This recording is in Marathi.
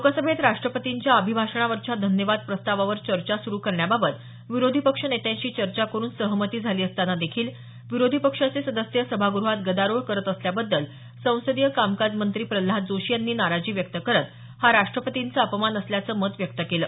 लोकसभेत राष्ट्रपतींच्या अभिभाषणावरच्या धन्यवाद प्रस्तावावर चर्चा सुरु करण्याबाबत विरोधी पक्ष नेत्यांशी चर्चा करून सहमती झाली असताना देखील विरोधी पक्षाचे सदस्य सभागृहात गदारोळ करत असल्याबद्दल संसदीय कामकाज मंत्री प्रल्हाद जोशी यांनी नाराजी व्यक्त करत हा राष्ट्रपतींचा अपमान असल्याचं मत व्यक्त केलं